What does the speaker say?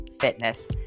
Fitness